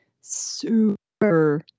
super